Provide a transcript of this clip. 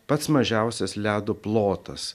pats mažiausias ledo plotas